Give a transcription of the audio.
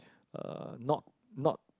uh not not